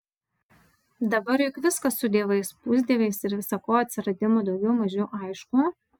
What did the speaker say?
dabar juk viskas su dievais pusdieviais ir visa ko atsiradimu daugiau mažiau aišku